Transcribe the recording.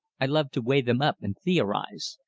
i love to weigh them up and theorize.